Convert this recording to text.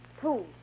two